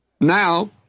Now